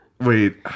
Wait